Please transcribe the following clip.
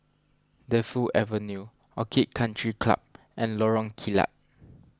Defu Avenue Orchid Country Club and Lorong Kilat